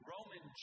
Roman